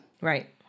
Right